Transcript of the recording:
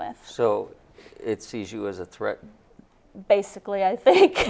with so it sees you as a threat basically i think